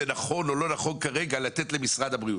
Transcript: נכון או לא נכון כרגע לתת למשרד הבריאות?